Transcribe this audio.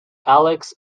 alex